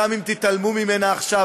גם אם תתעלמו ממנה עכשיו,